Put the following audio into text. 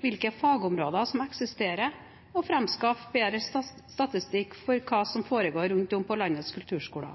hvilke fagområder som eksisterer, og framskaffe bedre statistikk for hva som foregår rundt om på landets kulturskoler.